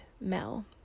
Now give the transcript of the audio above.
Mel